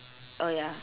uh ya